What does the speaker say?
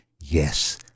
yes